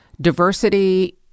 diversity